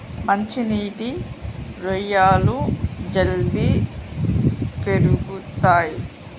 మంచి నీటి రొయ్యలు జల్దీ పెరుగుతయ్